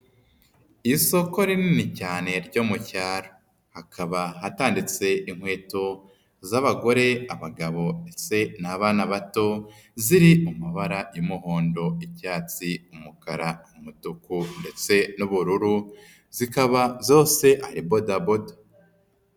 Isoko rinini cyane ryo mu cyaro. Hakaba hatanditse inkweto z'abagore, abagabo ndetse n'abana bato, ziri mu mabara y'umuhondo, icyatsi, umukara, umutuku ndetse n'ubururu, zikaba zose ari bodaboda.